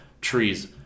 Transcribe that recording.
trees